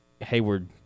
Hayward